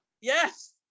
Yes